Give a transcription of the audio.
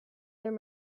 their